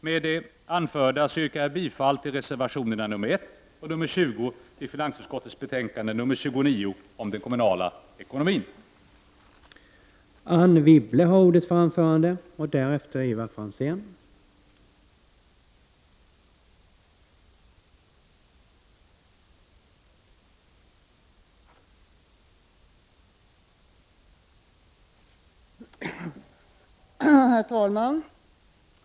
Med det anförda yrkar jag bifall till reservationerna nr 1 och nr 20 till finansutskottets betänkande nr 29 om den kommunala ekonomin.